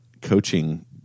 coaching